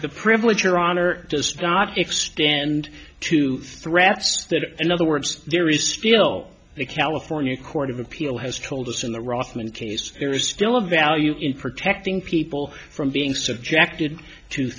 the privilege or honor does not extend to threats that in other words there is still the california court of appeal has told us in the rothman case there is still a value in protecting people from being subjected to